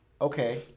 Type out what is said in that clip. Okay